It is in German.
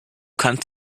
kannst